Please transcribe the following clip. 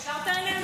למה?